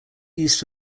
east